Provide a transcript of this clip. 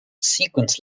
sequence